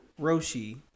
Roshi